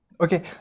Okay